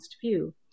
view